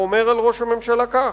ואומר על ראש הממשלה כך: